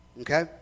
Okay